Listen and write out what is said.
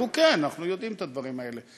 אמרו: כן, אנחנו יודעים את הדברים האלה.